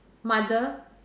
mother